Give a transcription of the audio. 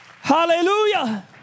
hallelujah